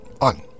on